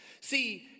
See